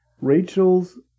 Rachel's